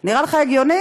נראה לך הגיוני?